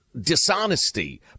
dishonesty